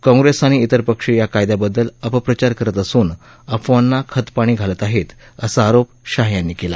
काँग्रेस आणि इतर पक्ष या कायद्याबद्दल अपप्रचार करत असून अफवांना खतपाणी घालत आहेत असा आरोप शहा यांनी केला